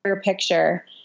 picture